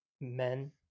men